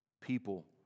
people